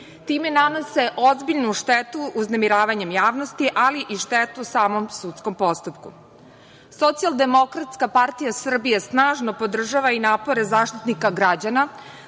Time nanose ozbiljnu štetu uznemiravanjem javnosti, ali i štetu samom sudskom postupku. Socijalndemokratska partija Srbije snažno podržava i napore Zaštitnika građana